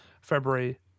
February